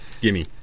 Gimme